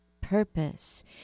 purpose